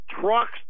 trucks